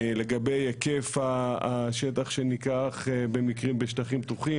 לגבי היקף השטח שניקח בשטחים פתוחים.